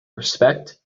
respect